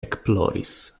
ekploris